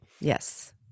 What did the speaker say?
Yes